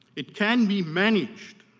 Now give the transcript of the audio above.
it can be managed